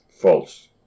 False